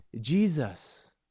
Jesus